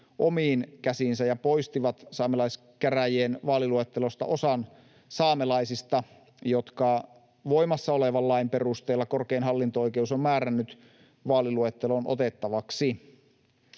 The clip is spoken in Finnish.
omiin käsiinsä ja poistivat saamelaiskäräjien vaaliluettelosta osan saamelaisista, jotka voimassa olevan lain perusteella korkein hallinto-oikeus on määrännyt vaaliluetteloon otettavaksi.